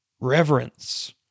reverence